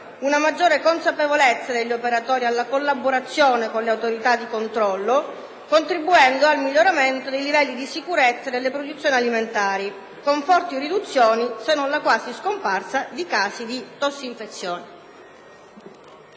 una maggiore consapevolezza degli operatori alla collaborazione con le autorità di controllo, contribuendo al miglioramento dei livelli di sicurezza delle produzioni alimentari, con forti riduzioni, se non la quasi scomparsa, di casi di tossinfezioni.